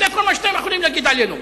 זה כל מה שאתם יכולים להגיד עלינו.